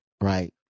Right